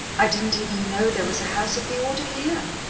i didn't even know there was a house of the order here,